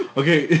okay